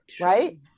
Right